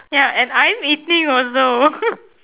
ya and I'm eating also